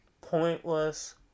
pointless